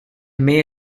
may